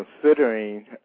considering